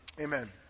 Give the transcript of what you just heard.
amen